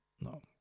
No